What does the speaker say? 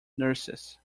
nurses